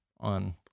on